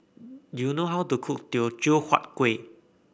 do you know how to cook Teochew Huat Kuih